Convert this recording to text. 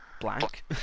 Blank